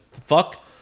fuck